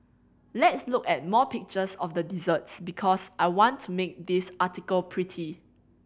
let's look at more pictures of the desserts because I want to make this article pretty